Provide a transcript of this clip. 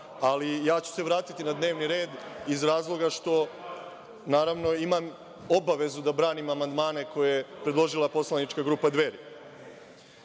ali ja ću se vratiti na dnevni red iz razloga što naravno imam obavezu da branim amandmane koje je predložila poslanička grupa Dveri.U